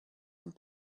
and